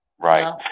right